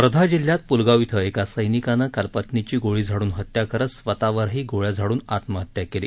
वर्धा जिल्ह्यात प्लगाव ॐ एका सैनिकानं काल पत्नीची गोळी झाडून हत्या करत स्वतःवरही गोळ्या झाडून आत्महत्या केली